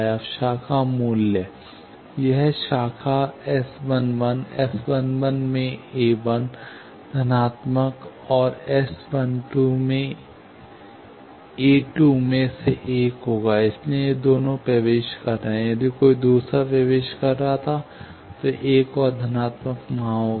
अब शाखा मूल्य यह शाखा S11 S11में a1 धनात्मक और S 12 में a2 में से एक होगा इसलिए ये दोनों प्रवेश कर रहे हैं यदि कोई दूसरा प्रवेश कर रहा था तो एक और धनात्मक वहाँ होगा